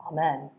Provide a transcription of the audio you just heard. Amen